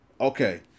Okay